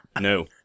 No